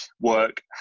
work